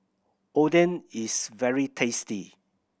oden is very tasty